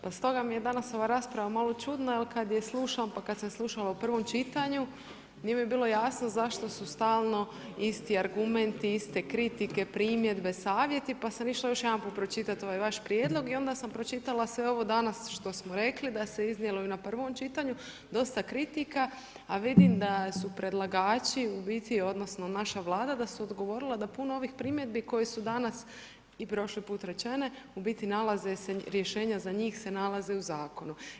Pa stoga mi je danas ova rasprava malo čudna, jer kad ju slušam, pa kad sam ju slušala u prvom čitanju, nije mi bilo jasno, zašto su stalno isti argumenti, iste kritike, primjedbe, savjeti, pa sam išla još jedan put pročitati ovaj vaš prijedlog, i onda sam pročitala sve ovo danas što smo rekli, da se iznijelo na prvom čitanju dosta kritika, a vidim da su predlagači, u biti, naša Vlada da su odgovorila da puno ovih primjedbi koji su danas i prošli put rečene u biti nalaze se rješenja, za njih se nalaze u zakonu.